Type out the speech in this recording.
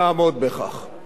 לגבי הערבים,